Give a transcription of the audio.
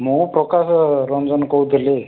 ମୁଁ ପ୍ରକାଶ ରଞ୍ଜନ କହୁଥିଲି